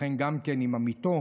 ואם זה עם עמיתו